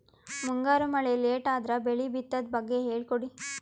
ಮುಂಗಾರು ಮಳೆ ಲೇಟ್ ಅದರ ಬೆಳೆ ಬಿತದು ಬಗ್ಗೆ ಹೇಳಿ ಕೊಡಿ?